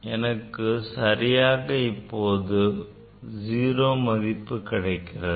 எனக்கு சரியாக இப்போது 0 மதிப்பு கிடைக்கிறது